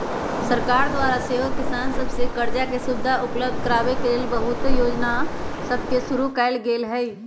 सरकार द्वारा सेहो किसान सभके करजा के सुभिधा उपलब्ध कराबे के लेल बहुते जोजना सभके शुरु कएल गेल हइ